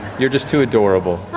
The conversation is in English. you're just too adorable.